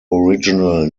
original